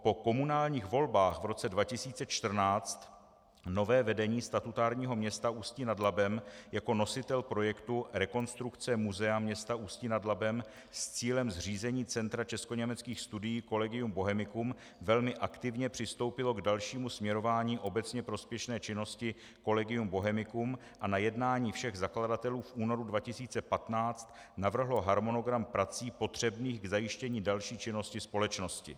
Po komunálních volbách v roce 2014 nové vedení statutárního města Ústí nad Labem jako nositel projektu rekonstrukce muzea Ústí nad Labem s cílem zřízení centra českoněmeckých studií Collegium Bohemicum velmi aktivně přistoupilo k dalšímu směrování obecně prospěšné činnosti Collegium Bohemicum a na jednání všech zakladatelů v únoru 2015 navrhlo harmonogram prací potřebných k zajištění další činnosti společnosti.